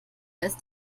ist